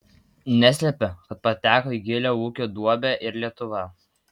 neslepia kad pateko į gilią ūkio duobę ir lietuva